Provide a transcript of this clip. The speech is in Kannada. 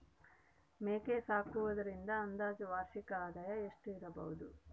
ಮೇಕೆ ಸಾಕುವುದರಿಂದ ಅಂದಾಜು ವಾರ್ಷಿಕ ಆದಾಯ ಎಷ್ಟಿರಬಹುದು?